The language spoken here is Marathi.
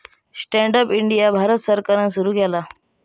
स्टँड अप इंडिया भारत सरकारान सुरू केला